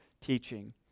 teaching